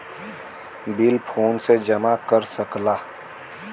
bill फोने से जमा कर सकला